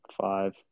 Five